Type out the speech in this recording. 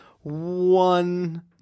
one